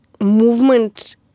movement